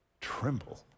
tremble